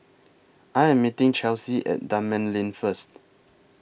I Am meeting Chelsi At Dunman Lane First